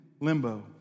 limbo